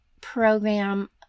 program